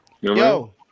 Yo